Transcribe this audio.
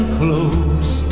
close